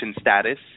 status